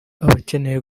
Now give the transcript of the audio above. abakeneye